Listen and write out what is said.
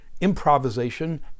improvisation